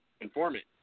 informant